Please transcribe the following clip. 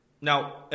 Now